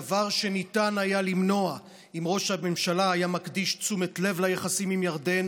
דבר שניתן היה למנוע אם ראש הממשלה היה מקדיש תשומת לב ליחסים עם ירדן,